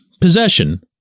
possession